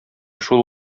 шул